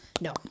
no